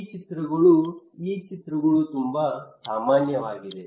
ಈ ಚಿತ್ರಗಳು ಈ ಚಿತ್ರಗಳು ತುಂಬಾ ಸಾಮಾನ್ಯವಾಗಿದೆ